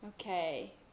Okay